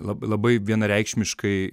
lab labai vienareikšmiškai